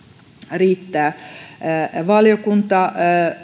riittää valiokunta